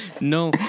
No